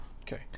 Okay